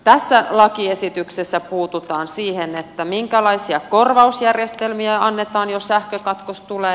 tässä lakiesityksessä puututaan siihen minkälaisia korvausjärjestelmiä annetaan jos sähkökatkos tulee